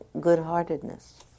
good-heartedness